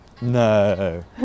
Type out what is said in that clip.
No